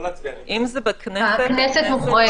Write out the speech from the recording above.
אם זה בכנסת, הכנסת מוחרגת.